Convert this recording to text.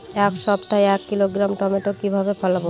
এক সপ্তাহে এক কিলোগ্রাম টমেটো কিভাবে ফলাবো?